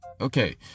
okay